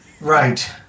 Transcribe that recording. Right